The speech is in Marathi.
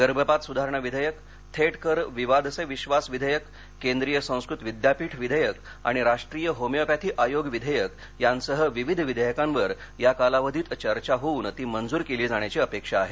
गर्भपात सुधारणा विधेयक थेट कर विवाद से विश्वास विधेयक केंद्रीय संस्कृत विद्यापीठ विधेयक आणि आणि राष्ट्रीय होमियोपॅथी आयोग विधेयक यासह विविध विधेयकांवर या कालावधीत चर्चा होऊन ती मंजूर केली जाण्याची अपेक्षा आहे